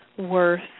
Worth